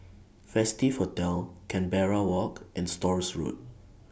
Festive Hotel Canberra Walk and Stores Road